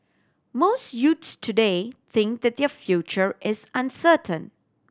most youths today think that their future is uncertain